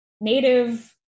native